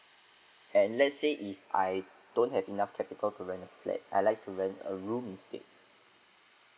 and let's say if I don't have enough capital to rent a flat I like to rent a room instead